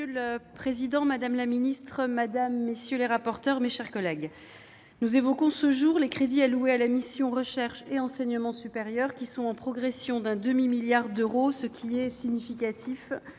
Monsieur le président, madame la ministre, mes chers collègues, nous évoquons ce jour les crédits alloués à la mission « Recherche et enseignement supérieur », qui sont en progression d'un demi-milliard d'euros, ce qui est significatif,